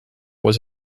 was